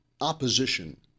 opposition